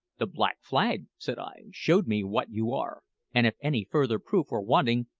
the black flag, said i, showed me what you are and if any further proof were wanting,